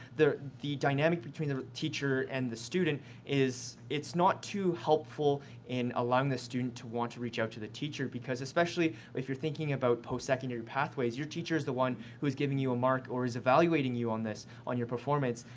the the dynamic between the teacher and the student is it's not too helpful in allowing the student to want to reach out to the teacher because especially if you're thinking about post-secondary pathways. your teacher's the one who's giving you a mark or who is evaluating you on this, on your performance,